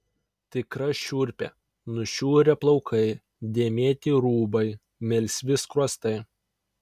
tikra šiurpė nušiurę plaukai dėmėti rūbai melsvi skruostai